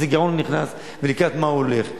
לאיזה גירעון הוא נכנס ולקראת מה הוא הולך.